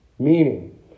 Meaning